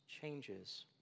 changes